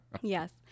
yes